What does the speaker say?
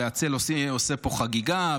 והצל עושה פה חגיגה.